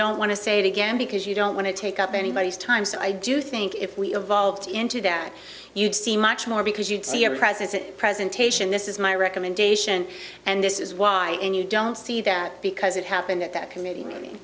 don't want to say it again because you don't want to take up anybody's time so i do think if we evolved into that you'd see much more because you'd see a president presentation this is my recommendation and this is why when you don't see that because it happened at that committee m